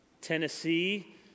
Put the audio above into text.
Tennessee